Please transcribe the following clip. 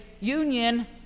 union